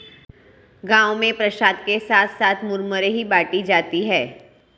गांव में प्रसाद के साथ साथ मुरमुरे ही बाटी जाती है